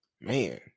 man